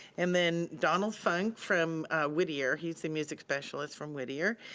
and then donald funk from whittier, he's the music specialist from whittier,